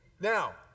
Now